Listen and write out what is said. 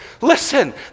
listen